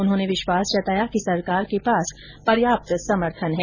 उन्होंने विश्वास जताया कि सरकार के पास पर्याप्त समर्थन है